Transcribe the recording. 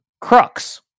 Crux